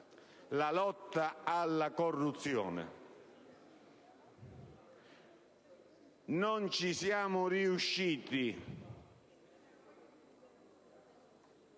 la lotta alla corruzione: non ci siamo riusciti.